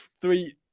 three